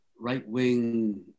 right-wing